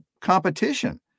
competition